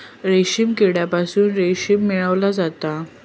रेशीम किड्यांपासून रेशीम मिळवला जाता